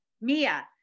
Mia